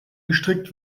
gestrickt